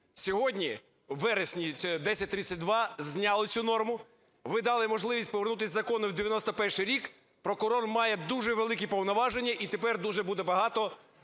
Сьогодні у вересні 1032 зняли цю норму, ви дали можливість повернутися закону у 1991 рік. Прокурор має дуже великі повноваження, і тепер буде дуже багато